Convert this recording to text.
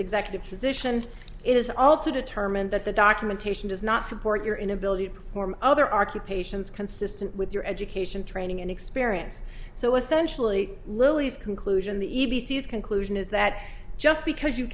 executive position it is all to determine that the documentation does not support your inability to perform other occupations consistent with your education training and experience so essentially louie's conclusion the e b c's conclusion is that just because you